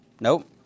Nope